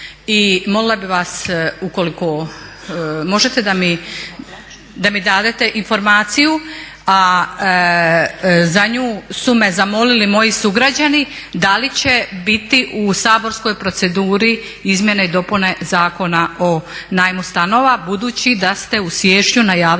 I molila bih vas ukoliko možete da mi date informaciju, a za nju su me zamolili moji sugrađani, da li će biti u saborskoj proceduri izmjene i dopune Zakona o najmu stanova budući da ste u siječnju najavili da